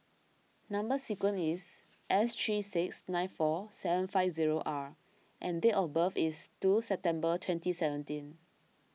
Number Sequence is S three six nine four seven five zero R and date of birth is two September twenty seventeen